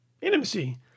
intimacy